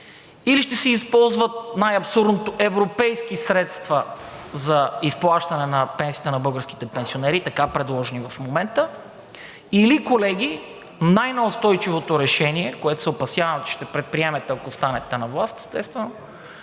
или ще се използват, най-абсурдното – европейски средства за изплащане на пенсиите на българските пенсионери, така предложени в момента, или колеги, най-неустойчивото решение, което се опасявам, че ще предприемете, ако останете на власт, естествено,